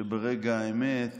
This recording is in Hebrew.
שברגע האמת